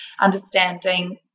understanding